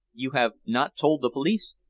you have not told the police?